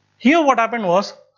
here what happened was